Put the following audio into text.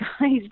guys